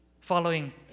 following